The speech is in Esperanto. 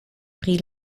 pri